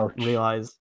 realize